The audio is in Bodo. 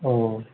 औ औ